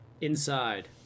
Inside